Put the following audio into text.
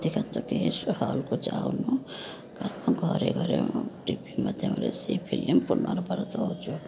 ଅଧିକାଂଶ କେହି ସେଇ ହଲ୍କୁ ଯାଉନୁ କାରଣ ଘରେ ଘରେ ଟି ଭି ମାଧ୍ୟମରେ ସେଇ ଫିଲ୍ମ ପୁନର୍ବାର ଦେଉଛୁ